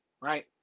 right